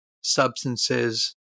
substances